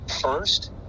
first